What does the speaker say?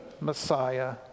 Messiah